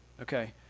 Okay